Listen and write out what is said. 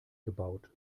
gebaut